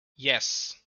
yes